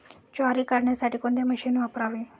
ज्वारी काढण्यासाठी कोणते मशीन वापरावे?